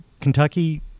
Kentucky